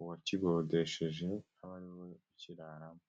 uwagikodesheje aba ari we ukiraramo.